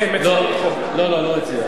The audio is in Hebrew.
כן, לא לא, אני לא מציע.